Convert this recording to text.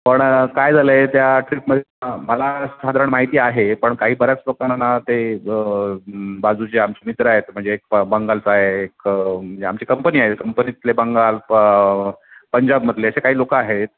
पण काय झालं आहे त्या ट्रीपमध्ये मला साधारण माहिती आहे पण काही बऱ्याच लोकांना ना ते बाजूचे आमचे मित्र आहेत म्हणजे एक ब बंगालचा आहे एक आमची कंपनी आहे कंपनीतले बंगाल पंजाबमधले असे काही लोकं आहेत